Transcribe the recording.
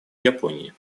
японии